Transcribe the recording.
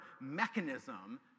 mechanism